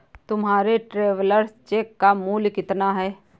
तुम्हारे travellers cheque का मूल्य कितना है?